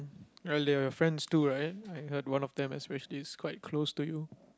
well they are your friends too right I heard one of them especially is quite close to you